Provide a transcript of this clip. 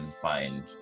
find